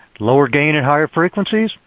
lower gain at higher frequencies,